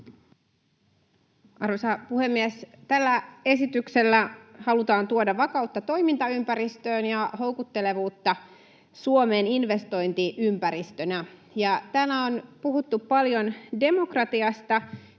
Arvoisa puhemies! Tällä esityksellä halutaan tuoda vakautta toimintaympäristöön ja houkuttelevuutta Suomeen investointiympäristönä. Kun täällä on puhuttu paljon demokratiasta,